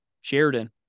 Sheridan